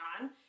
on